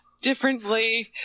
differently